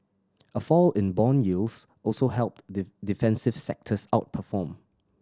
a fall in bond yields also helped defensive sectors outperform